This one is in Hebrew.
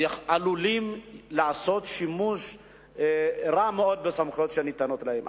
שעלולים לעשות שימוש רע מאוד בסמכויות שניתנות להם.